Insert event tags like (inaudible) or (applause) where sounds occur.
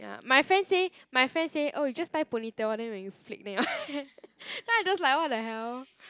ya my friend say my friend say oh you just tie ponytail lor then when you flick then your hair (laughs) then I just like what the hell